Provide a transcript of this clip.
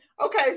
okay